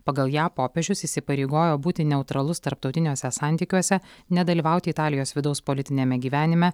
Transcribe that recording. pagal ją popiežius įsipareigojo būti neutralus tarptautiniuose santykiuose nedalyvauti italijos vidaus politiniame gyvenime